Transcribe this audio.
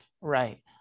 right